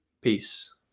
Peace